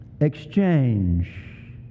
exchange